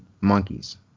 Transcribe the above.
monkeys